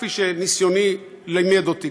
כפי שניסיוני לימד אותי,